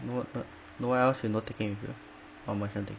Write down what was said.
no one err no one else you know taking with you oh I can't take